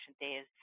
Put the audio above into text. Days